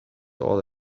all